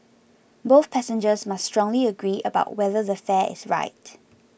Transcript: both passengers must strongly agree about whether the fare is right